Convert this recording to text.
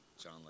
John